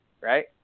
right